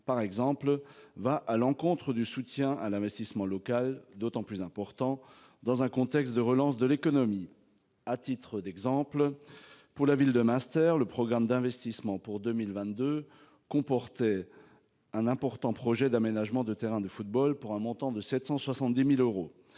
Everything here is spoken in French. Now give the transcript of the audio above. par exemple, va à l'encontre du soutien à l'investissement local d'autant plus important dans un contexte de relance de l'économie. À titre d'exemple pour la ville de Münster le programme d'investissements pour 2022 comportait. Un important projet d'aménagement de terrain de football pour un montant de 770.000 euros.